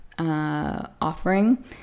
Offering